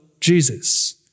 Jesus